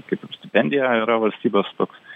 kaip ir stipendija yra valstybės toks